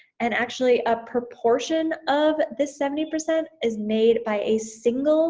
and actually a proportion of the seventy percent is made by a single